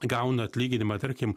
gauna atlyginimą tarkim